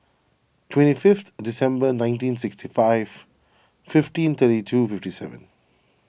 twenty fifth December nineteen sixty five fifteen thirty two fifty seven